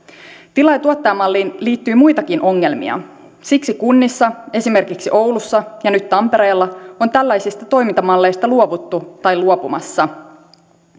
tilaaja tuottaja malliin liittyy muitakin ongelmia siksi kunnissa esimerkiksi oulussa ja nyt tampereella on tällaisista toimintamalleista luovuttu tai ollaan luopumassa